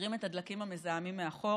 משאירים את הדלקים המזהמים מאחור